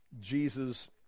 jesus